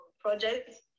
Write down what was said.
projects